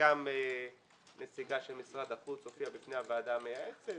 וגם נציגה של משרד החוץ הופיעה בפני הוועדה המייעצת